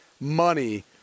money